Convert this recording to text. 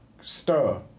stir